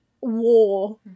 war